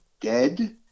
dead